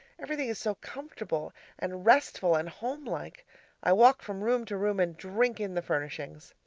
everything is so comfortable and restful and homelike i walk from room to room and drink in the furnishings.